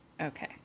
Okay